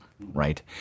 right